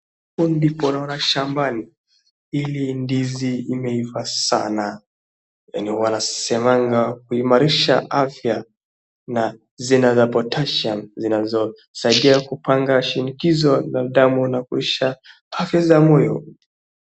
Hapo ndipo naona shambani. Hili ndizi imeiva sana yani wanasemanga kuimarisha afya na zina na potassium zinazo saidia kupanga shinikizo la damu na kuisha afya za moyo.